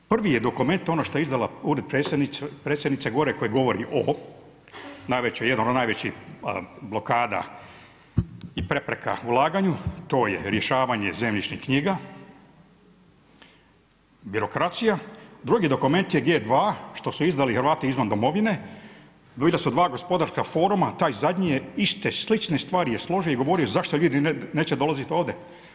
Prvi je dokument ono što je izdala ured predsjednice, gore koji govori o, najveći jedan od najvećih blokada i prepreka u ulaganju, to je rješavanju zemljišnih knjiga, birokraciju, drugi dokument je G2 što su izdali Hrvati izvan domovine, bili su dva gospodarska foruma, ta zadnji je iste, slične stvari je složio i govorio zašto ljudi neće dolaziti ovdje.